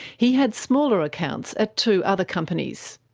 he had smaller accounts at two other companies,